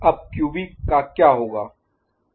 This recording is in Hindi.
अब QB का क्या होगा